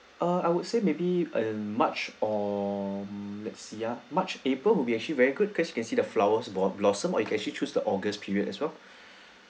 uh I would say maybe err march or mm let's see ah march april will be actually very good because you can see the flowers borne blossom or you can actually choose the august period as well